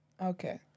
okay